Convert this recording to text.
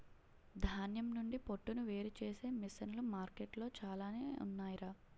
ధాన్యం నుండి పొట్టును వేరుచేసే మిసన్లు మార్కెట్లో చాలానే ఉన్నాయ్ రా